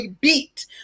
beat